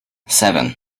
seven